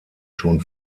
schon